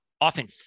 often